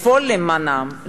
לפעול למענם,